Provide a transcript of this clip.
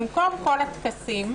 במקום כל הטקסים,